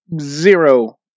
Zero